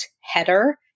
header